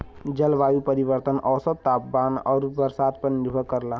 जलवायु परिवर्तन औसत तापमान आउर बरसात पर निर्भर करला